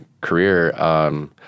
career